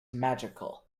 magical